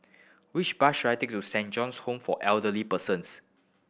which bus should I take to Saint John's Home for Elderly Persons